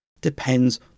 depends